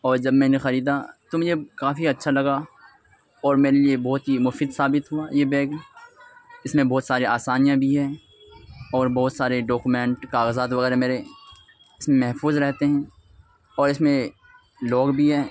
اور جب میں نے خریدا تو یہ کافی اچھا لگا اور میرے لیے بہت ہی مفید ثابت ہوا یہ بیگ اس میں بہت سارے آسانیاں بھی ہیں اور بہت سارے ڈاکٹیومنٹ کاغذات وغیرہ میرے اس میں محفوظ رہتے ہیں اور اس میں لوگ بھی ہیں